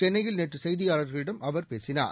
சென்னையில் நேற்று செய்தியாளர்களிடம் அவர் பேசினார்